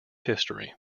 history